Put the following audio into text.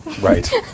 Right